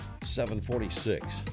746